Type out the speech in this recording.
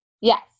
Yes